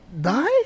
die